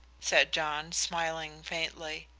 said john, smiling faintly.